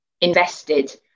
invested